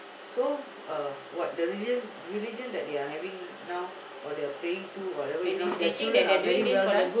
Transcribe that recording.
so uh what the religion the religion that they are having now or they are praying to whatever is now their children are very well done